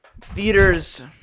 theaters